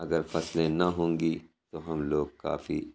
اگر فصلیں نہ ہوں گی تو ہم لوگ کافی